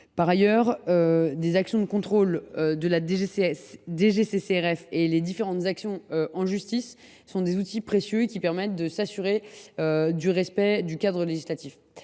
Par ailleurs, les actions de contrôle de la DGCCRF et les différentes actions en justice sont des outils précieux permettant de s’assurer du respect du cadre législatif.